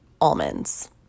almonds